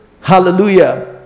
Hallelujah